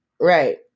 Right